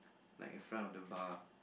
like in front of the bar